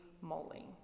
moly